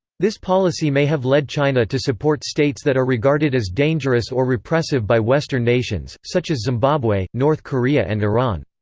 this policy may have led china to support states that are regarded as dangerous or repressive by western nations, such as zimbabwe, north korea and iran.